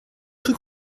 cru